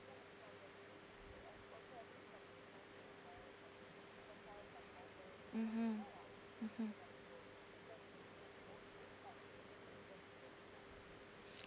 mmhmm mmhmm